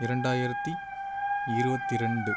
இரண்டாயிரத்து இருபத்தி ரெண்டு